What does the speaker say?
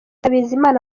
bizimana